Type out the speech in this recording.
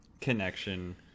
connection